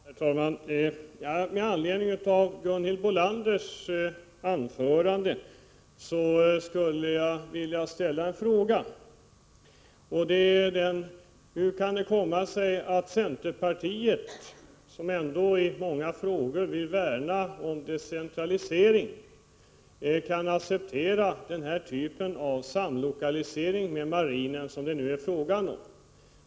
Herr talman! Med anledning av Gunhild Bolanders anförande skulle jag vilja ställa följande fråga: Hur kan det komma sig att centerpartiet, som i många frågor vill värna om decentralisering, ändå kan acceptera den typ av samlokalisering med marinen som det nu är fråga om?